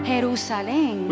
Jerusalem